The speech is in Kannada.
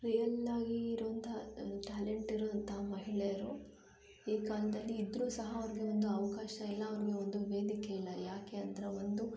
ರಿಯಲ್ಲಾಗಿ ಇರುವಂಥ ಟ್ಯಾಲೆಂಟಿರುವಂಥ ಮಹಿಳೆಯರು ಈ ಕಾಲದಲ್ಲಿ ಇದ್ದರೂ ಸಹ ಅವ್ರಿಗೆ ಒಂದು ಅವಕಾಶ ಇಲ್ಲ ಅವ್ರಿಗೆ ಒಂದು ವೇದಿಕೆ ಇಲ್ಲ ಏಕೆ ಅಂದರೆ ಒಂದು